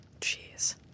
Jeez